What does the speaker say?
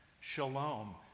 shalom